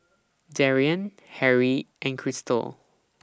Darrien Harrie and Cristal